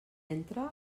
entra